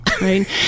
right